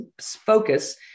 focus